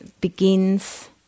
begins